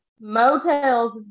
motels